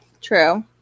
True